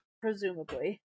Presumably